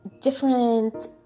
different